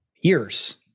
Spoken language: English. years